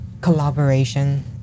collaboration